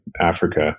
Africa